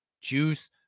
Juice